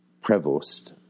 Prevost